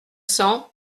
cents